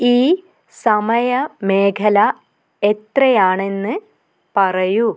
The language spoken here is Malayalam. ഈ സമയ മേഖല എത്രയാണെന്ന് പറയു